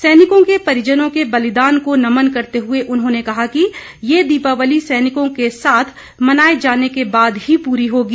सैनिकों के परिजनों के बलिदान को नमन करते हुए उन्होंने कहा कि यह दीपावली सैनिकों के साथ मनाए जाने के बाद ही पूरी होगी